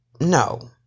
no